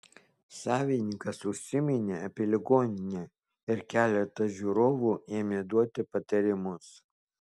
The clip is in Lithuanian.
savininkas užsiminė apie ligoninę ir keletas žiūrovų ėmė duoti patarimus